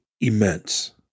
immense